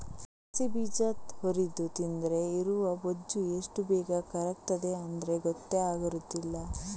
ಅಗಸೆ ಬೀಜ ಹುರಿದು ತಿಂದ್ರೆ ಇರುವ ಬೊಜ್ಜು ಎಷ್ಟು ಬೇಗ ಕರಗ್ತದೆ ಅಂದ್ರೆ ಗೊತ್ತೇ ಆಗುದಿಲ್ಲ